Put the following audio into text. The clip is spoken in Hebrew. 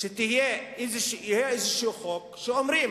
שיהיה איזה חוק שאומרים: